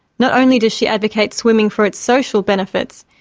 not only does she advocate swimming for its social benefits,